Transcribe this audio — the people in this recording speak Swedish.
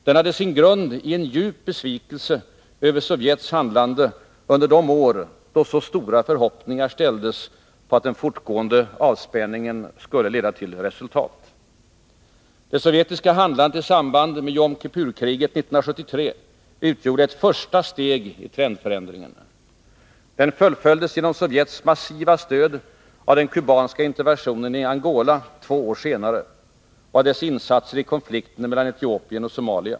Den hade sin grund i en djup besvikelse över Sovjetunionens handlande under de år då så stora förhoppningar ställdes på att den fortgående avspänningen skulle leda till resultat. Det sovjetiska handlandet i samband med Yom Kippur-kriget 1973 utgjorde ett första steg i trendförändringen. Den fullföljdes genom Sovjets massiva stöd av den kubanska interventionen i Angola två år senare och av dess insatser i konflikten mellan Etiopien och Somalia.